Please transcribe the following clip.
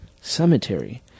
Cemetery